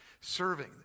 serving